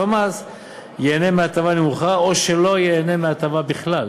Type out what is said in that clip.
המס ייהנה מהטבה נמוכה או שלא ייהנה מהטבה בכלל.